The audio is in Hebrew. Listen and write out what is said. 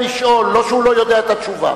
לא שהוא לא יודע את התשובה.